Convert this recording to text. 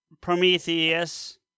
Prometheus